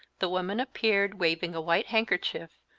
the woman appeared, waving a white handkerchief,